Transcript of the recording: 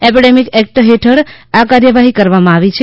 epidemic act હેઠળ આ કાર્યવાહી કરવામાં આવી છે